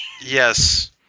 Yes